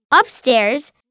Upstairs